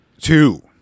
Two